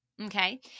Okay